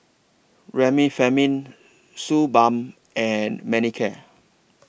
Remifemin Suu Balm and Manicare